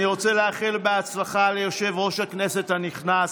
אני רוצה לאחל בהצלחה ליושב-ראש הכנסת הנכנס,